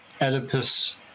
Oedipus